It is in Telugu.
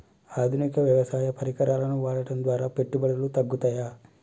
ఆధునిక వ్యవసాయ పరికరాలను వాడటం ద్వారా పెట్టుబడులు తగ్గుతయ?